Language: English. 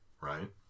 right